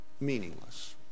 meaningless